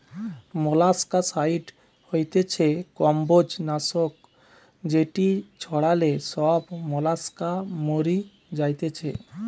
molluscicide হতিছে কম্বোজ নাশক যেটি ছড়ালে সব মোলাস্কা মরি যাতিছে